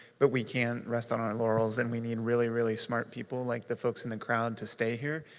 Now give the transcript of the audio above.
but we can't rest on our laurels, and we need really, really smart people like the folks in the crowd to stay here,